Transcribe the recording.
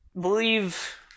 believe